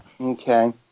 Okay